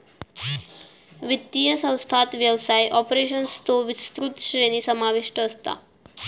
वित्तीय संस्थांत व्यवसाय ऑपरेशन्सचो विस्तृत श्रेणी समाविष्ट असता